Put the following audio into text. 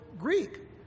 Greek